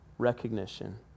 recognition